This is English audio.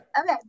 okay